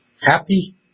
happy